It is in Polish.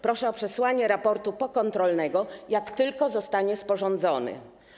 Proszę o przesłanie raportu pokontrolnego, jak tylko zostanie sporządzony.